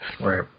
Right